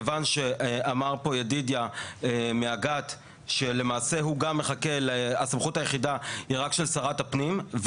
כיוון שאמר פה ידידיה מאג"ת שלמעשה הסמכות היחידה היא רק של שרת הפנים,